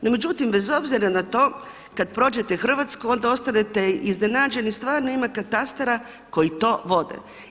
No međutim bez obzira na to kad prođete Hrvatsku onda ostanete iznenađeni, stvarno ima katastara koji to vode.